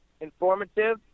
informative